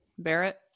Barrett